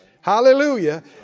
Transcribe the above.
Hallelujah